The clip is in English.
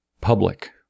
public